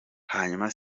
hanyuma